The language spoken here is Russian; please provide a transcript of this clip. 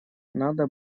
надо